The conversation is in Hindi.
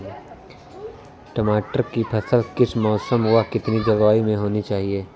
टमाटर की फसल किस मौसम व कितनी जलवायु में होनी चाहिए?